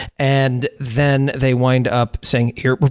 and then they wind up saying, here,